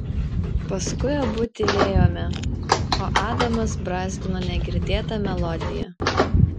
paskui abu tylėjome o adamas brązgino negirdėtą melodiją